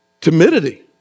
timidity